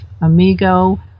amigo